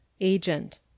Agent